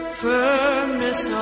firmness